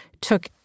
took